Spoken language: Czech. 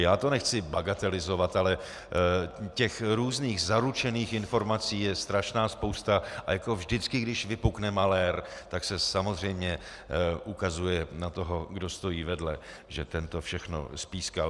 Já to nechci bagatelizovat, ale různých zaručených informací je strašná spousta a jako vždycky, když vypukne malér, tak se samozřejmě ukazuje na toho, kdo stojí vedle, že ten to všechno spískal.